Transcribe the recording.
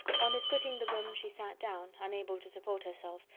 on his quitting the room she sat down, unable to support herself,